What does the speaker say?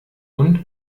und